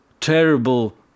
terrible